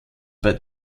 bei